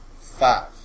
Five